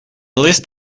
list